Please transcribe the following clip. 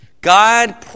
God